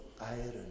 iron